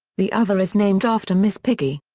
the other is named after miss piggy.